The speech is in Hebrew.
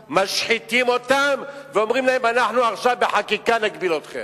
משחיתים אותם ואומרים להם: אנחנו עכשיו בחקיקה נגביל אתכם.